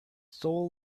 soul